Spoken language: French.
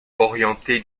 orienté